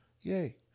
Yay